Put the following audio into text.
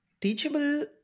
Teachable